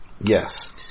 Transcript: Yes